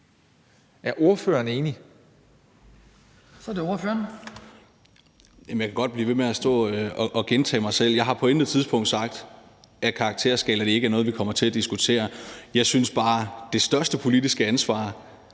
Thomas Skriver Jensen (S): Jeg kan godt blive ved med at stå og gentage mig selv. Jeg har på intet tidspunkt sagt, at karakterskala ikke er noget, vi kommer til at diskutere, men jeg synes bare, at det største politiske ansvar